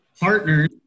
partners